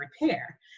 repair